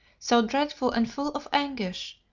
so dreadful and full of anguish,